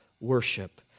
worship